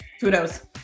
Kudos